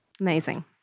Amazing